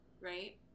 right